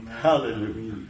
Hallelujah